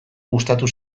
gustatu